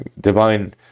divine